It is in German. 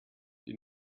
die